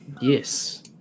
yes